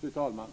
Fru talman!